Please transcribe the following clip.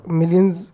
millions